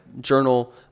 journal